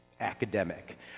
academic